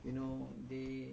mm